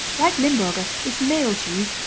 like limburger, this male cheese,